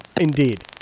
Indeed